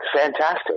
fantastic